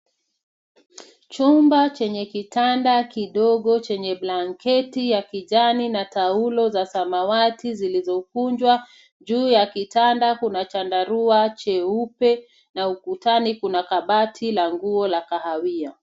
Chumba chenye kitanda kidogo chenye blanketi ya kijani na taulo za samawati zilizokunjwa. Juu ya kitanda kuna chandarua cheupe na ukutani kuna kabati la nguo la kahawia.